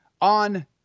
on